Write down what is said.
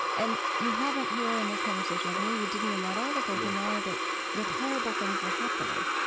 and you haven't here in this conversation with me, you didn't in that article, deny that that horrible things were happening,